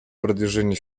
продвижения